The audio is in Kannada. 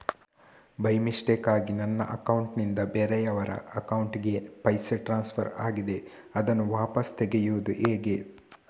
ಬೈ ಮಿಸ್ಟೇಕಾಗಿ ನನ್ನ ಅಕೌಂಟ್ ನಿಂದ ಬೇರೆಯವರ ಅಕೌಂಟ್ ಗೆ ಪೈಸೆ ಟ್ರಾನ್ಸ್ಫರ್ ಆಗಿದೆ ಅದನ್ನು ವಾಪಸ್ ತೆಗೆಯೂದು ಹೇಗೆ?